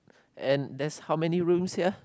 and there's how many rooms here